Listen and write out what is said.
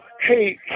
Hey